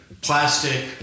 plastic